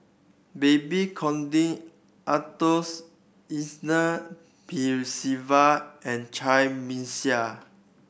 Babes Conde Arthur Ernest Percival and Cai Bixia